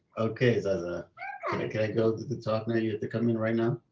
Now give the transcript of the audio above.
okay, zaza, can i go to the top now? you have to come in right now.